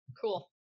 Cool